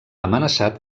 amenaçat